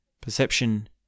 perception